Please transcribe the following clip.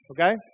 Okay